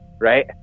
right